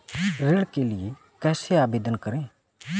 ऋण के लिए कैसे आवेदन करें?